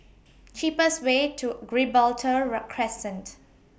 cheapest Way to Gibraltar Rock Crescent